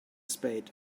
spade